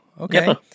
Okay